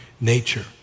nature